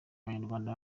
abanyarwanda